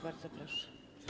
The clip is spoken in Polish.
Bardzo proszę.